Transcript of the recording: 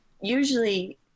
usually